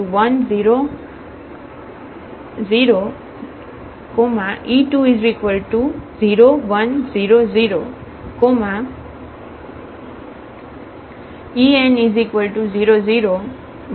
આ vector space Rn થી આ પ્રમાણભૂત આધાર છે